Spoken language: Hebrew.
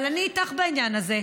אבל אני איתך בעניין הזה.